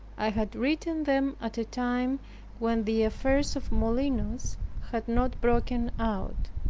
i had written them at a time when the affairs of molinos had not broken out,